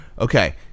Okay